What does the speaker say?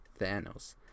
Thanos